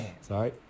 sorry